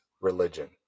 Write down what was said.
religion